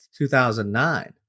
2009